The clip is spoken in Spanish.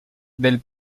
del